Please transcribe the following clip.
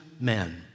men